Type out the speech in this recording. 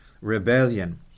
rebellion